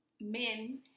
men